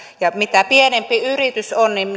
että mitä pienempi yritys on niin